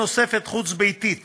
מסגרת נוספת חוץ-ביתית